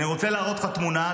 אני רוצה להראות לך תמונה,